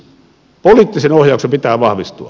poliittisen ohjauksen pitää vahvistua